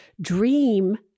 dream